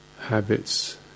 habits